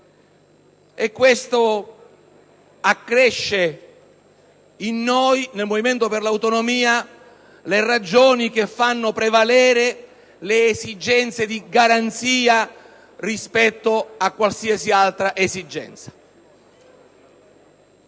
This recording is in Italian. Questo accresce in noi, nel Movimento per le Autonomie, la forza delle ragioni che fanno prevalere l'esigenza di garanzia rispetto a qualsiasi altra esigenza.